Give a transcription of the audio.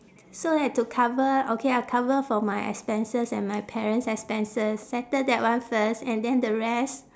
so that to cover okay I'll cover for my expenses and my parents' expenses settle that one first and then the rest